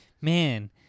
Man